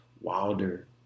Wilder